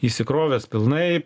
įsikrovęs pilnai